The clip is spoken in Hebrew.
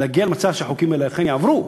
להגיע למצב שהחוקים האלה אכן יעברו,